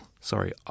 Sorry